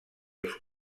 els